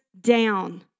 down